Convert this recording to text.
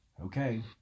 Okay